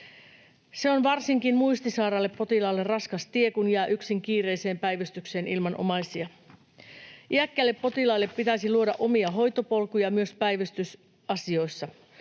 Se on varsinkin muistisairaalle potilaalle raskas tie, kun jää yksin kiireiseen päivystykseen ilman omaisia. Iäkkäille potilaille pitäisi luoda omia hoitopolkuja myös päivystysasioissa.